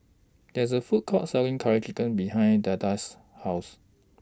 There IS A Food Court Selling Curry Chicken behind Deetta's House